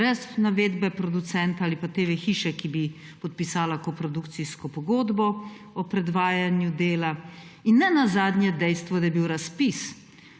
brez navedbe producenta ali pa TV-hiše, ki bi podpisala koprodukcijsko pogodbo o predvajanju dela; in nenazadnje dejstvo, da je bil razpis